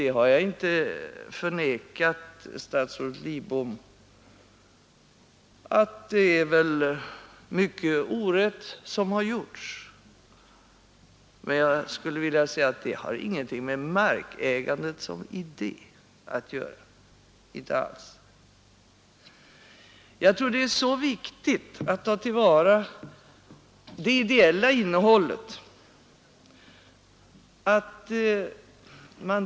Jag har inte förnekat, statsrådet Lidbom, att det är mycket orätt som har gjorts, men det har ingenting med markägandet som idé att göra. Jag tror det är viktigt att ta till vara det ideella innehållet.